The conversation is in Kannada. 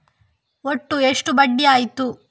ಒಟ್ಟು ಎಷ್ಟು ಬಡ್ಡಿ ಆಯಿತು?